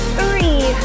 three